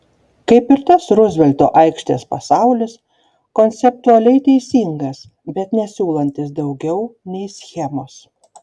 kaip ir tas ruzvelto aikštės pasaulis konceptualiai teisingas bet nesiūlantis daugiau nei schemos